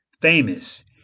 famous